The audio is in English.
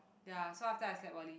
ya so after that I slept early